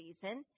season